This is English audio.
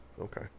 Okay